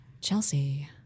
Chelsea